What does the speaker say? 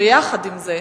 יחד עם זה,